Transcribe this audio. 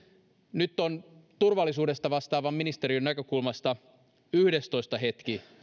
nyt on turvallisuudesta vastaavan ministeriön näkökulmasta yhdestoista hetki